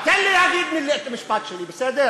תן לי להגיד את המשפט שלי, בסדר?